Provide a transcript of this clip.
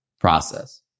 process